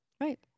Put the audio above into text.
right